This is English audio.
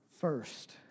first